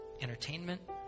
entertainment